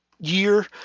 year